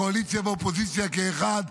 קואליציה ואופוזיציה כאחד,